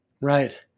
Right